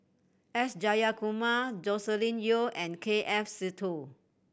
S Jayakumar Joscelin Yeo and K F Seetoh